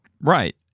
Right